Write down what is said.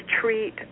treat